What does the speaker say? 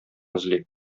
эзли